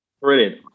Brilliant